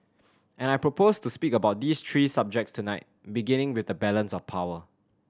and I propose to speak about these three subjects tonight beginning with the balance of power